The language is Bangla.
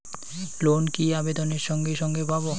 লোন কি আবেদনের সঙ্গে সঙ্গে পাব?